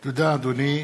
תודה, אדוני.